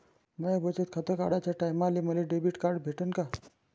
माय बचत खातं काढाच्या टायमाले मले डेबिट कार्ड भेटन का?